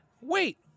wait